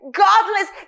godless